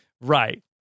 Right